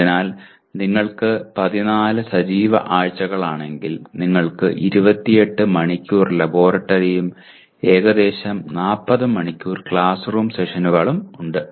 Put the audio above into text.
അതിനാൽ നിങ്ങൾക്ക് 14 സജീവ ആഴ്ചകളാണെങ്കിൽ നിങ്ങൾക്ക് 28 മണിക്കൂർ ലബോറട്ടറിയും ഏകദേശം 40 മണിക്കൂർ ക്ലാസ് റൂം സെഷനുകളും ഉണ്ട്